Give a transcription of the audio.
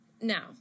Now